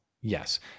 yes